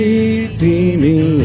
Redeeming